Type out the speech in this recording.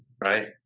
right